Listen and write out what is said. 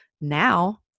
Now